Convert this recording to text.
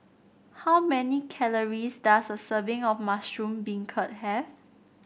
how many calories does a serving of Mushroom Beancurd have